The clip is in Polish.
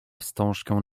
wstążkę